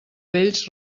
vells